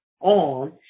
on